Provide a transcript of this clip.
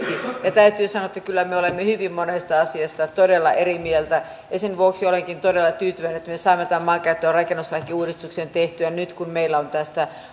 täytyy sanoa että kyllä me olemme hyvin monesta asiasta todella eri mieltä sen vuoksi olenkin todella tyytyväinen että me saamme tämän maankäyttö ja rakennuslain uudistuksen tehtyä nyt kun meillä on tästä